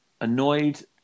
annoyed